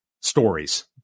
stories